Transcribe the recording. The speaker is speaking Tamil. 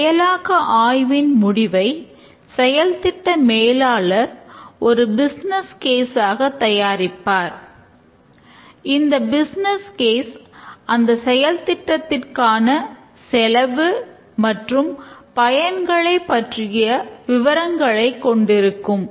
இந்த செயலாக்க ஆய்வின் முடிவை செயல் திட்ட மேலாளர் ஒரு பிஸ்னஸ் கேஸ் அந்த செயல் திட்டத்திற்கான செலவு மற்றும் பயன்களை பற்றிய விவரங்களை கொண்டிருக்கும்